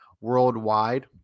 worldwide